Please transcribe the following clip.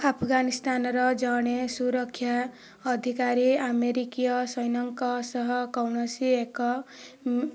ଆଫଗାନିସ୍ତାନର ଜଣେ ସୁରକ୍ଷା ଅଧିକାରୀ ଆମେରିକୀୟ ସୈନଙ୍କ ସହ କୌଣସି ଏକ